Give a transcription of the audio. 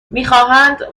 میخواهند